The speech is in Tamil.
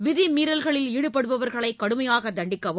விதிமீறல்களில் ஈடுபவர்களை கடுமையாக தண்டிக்கவும்